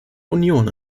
union